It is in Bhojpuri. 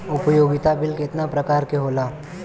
उपयोगिता बिल केतना प्रकार के होला?